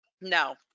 No